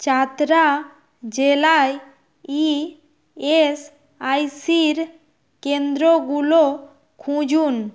চাতরা জেলায় E S I C র কেন্দ্রগুলো খুঁজুন